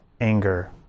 anger